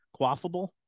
Quaffable